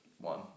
one